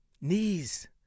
knees